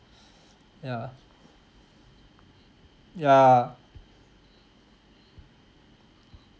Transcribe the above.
ya ya